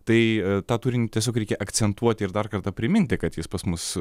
tai tą turinį tiesiog reikia akcentuoti ir dar kartą priminti kad jis pas mus